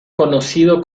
conocido